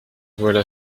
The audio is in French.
voilà